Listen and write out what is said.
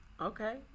Okay